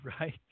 Right